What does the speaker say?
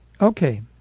Okay